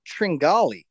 Tringali